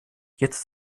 jetzt